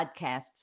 podcasts